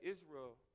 Israel